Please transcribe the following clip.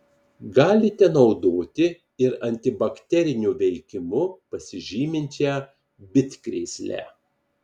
galite naudoti ir antibakteriniu veikimu pasižyminčią bitkrėslę